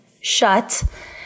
shut